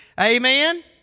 Amen